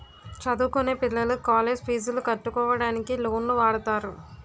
చదువుకొనే పిల్లలు కాలేజ్ పీజులు కట్టుకోవడానికి లోన్లు వాడుతారు